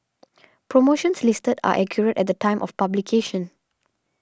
promotions listed are accurate at the time of publication